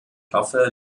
hoffe